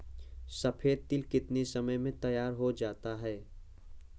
सफेद तिल कितनी समय में तैयार होता जाता है?